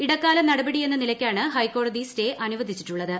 ഇടക്കാല നടപടിയെന്ന നിലക്കാണ് ഹൈക്കേട്ടതി സ്റ്റേ അനുവദിച്ചിട്ടുള്ളത്